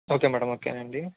okay madam ఓకేనండి